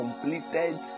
completed